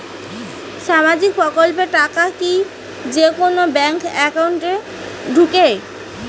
সামাজিক প্রকল্পের টাকা কি যে কুনো ব্যাংক একাউন্টে ঢুকে?